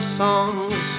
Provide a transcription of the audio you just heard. songs